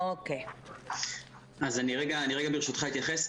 אתייחס ברשותך.